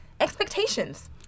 expectations